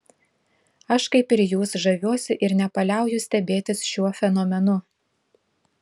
aš kaip ir jūs žaviuosi ir nepaliauju stebėtis šiuo fenomenu